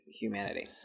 humanity